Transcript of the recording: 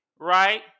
right